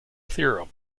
theorem